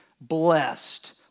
blessed